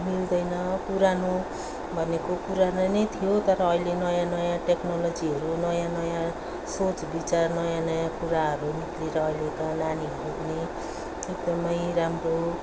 मिल्दैन पुरानो भनेको पुरानो नै थियो तर अहिले नयाँ नयाँ टेक्नोलोजीहरू नयाँ नयाँ सोच विचार नयाँ नयाँ कुराहरूतिर अहिले त नानीहरू पनि एकदमै राम्रो